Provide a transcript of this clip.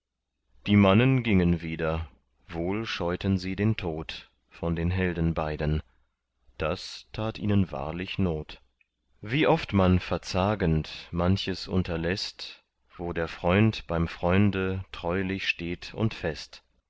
die mannen gingen wieder wohl scheuten sie den tod von den helden beiden das tat ihnen wahrlich not wie oft man verzagend manches unterläßt wo der freund beim freunde treulich steht und fest